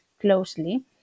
closely